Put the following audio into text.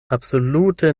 absolute